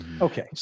Okay